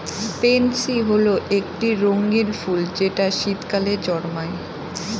pansy হল একটি রঙ্গীন ফুল যেটা শীতকালে জন্মায়